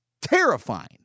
terrifying